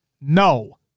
No